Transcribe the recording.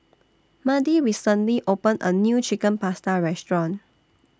Madie recently opened A New Chicken Pasta Restaurant